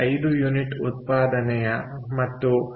5 unit ಉತ್ಪಾದನೆಯ ಮತ್ತು 0